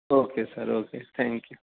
okay sir okay thank you